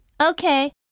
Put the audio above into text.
Okay